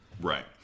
right